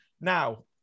Now